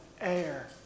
air